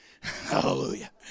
Hallelujah